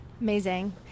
Amazing